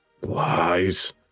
Lies